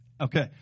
Okay